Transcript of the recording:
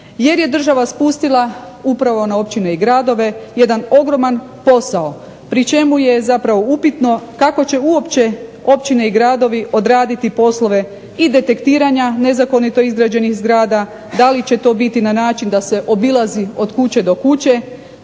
jer je država spustila upravo na općine i gradove jedan ogroman posao pri čemu je zapravo upitno kako će uopće općine i gradovi odraditi poslove detektiranja nezakonito izgrađenih zgrada. Da li će to biti na način da se obilazi od kuće do kuće,